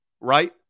right